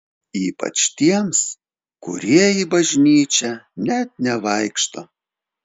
ypač tiems kurie į bažnyčią net nevaikšto